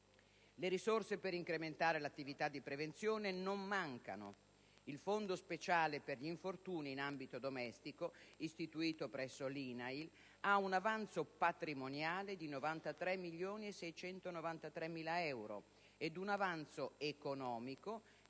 Le risorse per incrementare l'attività di prevenzione non mancano. Il Fondo speciale per gli infortuni in ambito domestico, istituito presso l'INAIL, ha un avanzo patrimoniale di circa 93.693.000 euro ed un avanzo economico